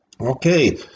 Okay